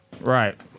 Right